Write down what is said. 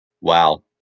Wow